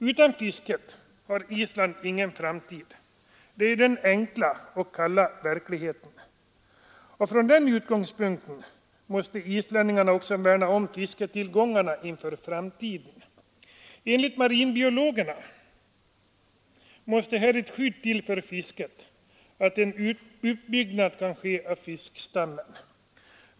Utan fisket har Island ingen framtid — det är ju den enkla och kalla verkligheten. Från den utgångspunkten måste islänningarna också värna om fisktillgångarna inför framtiden. Enligt marinbiologerna måste här ett skydd till för fisket, så att en uppbyggnad kan ske av fiskstammen.